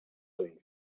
own